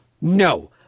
No